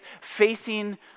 facing